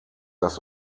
das